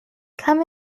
come